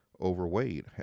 overweight